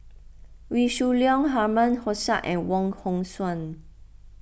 Wee Shoo Leong Herman Hochstadt and Wong Hong Suen